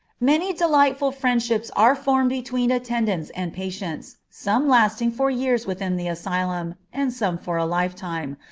many delightful friendships are formed between attendants and patients, some lasting for years within the asylum, and some for a lifetime,